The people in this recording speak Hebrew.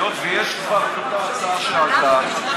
היות שיש כבר טיוטת הצעה שעלתה,